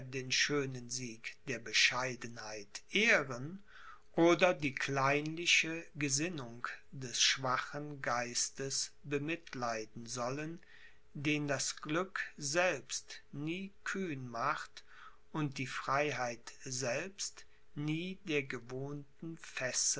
den schönen sieg der bescheidenheit ehren oder die kleinliche gesinnung des schwachen geistes bemitleiden sollen den das glück selbst nie kühn macht und die freiheit selbst nie der gewohnten